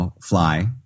fly